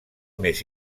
més